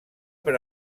per